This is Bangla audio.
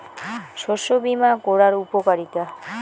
শস্য বিমা করার উপকারীতা?